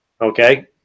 okay